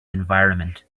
environment